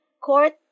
court